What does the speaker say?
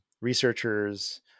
researchers